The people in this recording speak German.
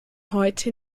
heute